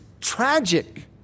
tragic